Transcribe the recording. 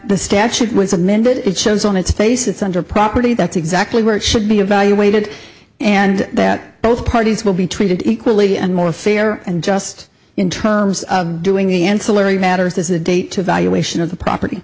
the statute was amended it shows on its face it's under property that's exactly where it should be evaluated and that both parties will be treated equally and more fair and just in terms of doing the ancillary matters as a date to valuation of the property